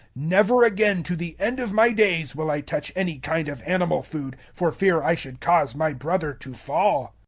never again to the end of my days will i touch any kind of animal food, for fear i should cause my brother to fall.